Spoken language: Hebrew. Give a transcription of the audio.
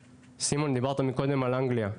סימון, דיברת מקודם על אנגליה,